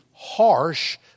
harsh